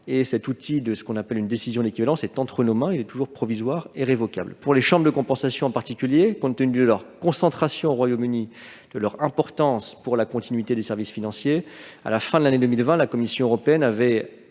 cet outil appelé « décision d'équivalence », qui reste toujours entre nos mains, de caractère provisoire et révocable. Pour les chambres de compensation en particulier, au regard de leur concentration au Royaume-Uni et de leur importance pour la continuité des services financiers, à la fin de l'année 2020, la Commission européenne avait